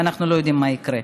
ואנחנו לא יודעים מה יקרה.